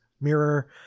mirror